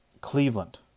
Cleveland